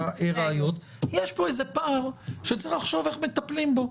הראיות יש פה איזה פער שצריך לחשוב איך מטפלים בו.